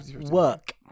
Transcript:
Work